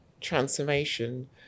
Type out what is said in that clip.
transformation